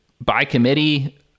by-committee